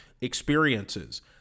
experiences